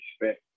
respect